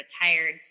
retired